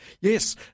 Yes